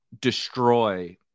destroy